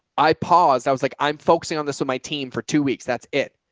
i paused, i was like, i'm focusing on this with my team for two weeks. that's it.